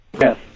Yes